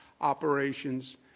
operations